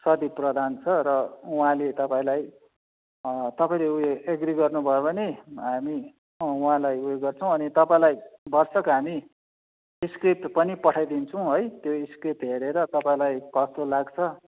सदीप प्रधान छन् र उहाँले तपाईँलाई तपाईँले उयो एग्री गर्नुभयो भने हामी उहाँलाई उयो गर्छौँ अनि तपाईँलाई भरसक हामी स्क्रिप्ट पनि पठाइदिन्छौँ है त्यो स्क्रिप्ट हेरेर तपाईँलाई कस्तो लाग्छ